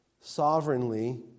sovereignly